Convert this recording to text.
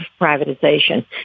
privatization